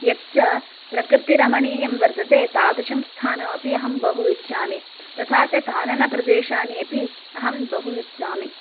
यत् च प्रकृते रमणीयं वर्तते तादृशं स्थानमपि अहं बहु इच्छामि तथा च काननप्रदेशान् अपि अहं बहु इच्छामि